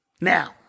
now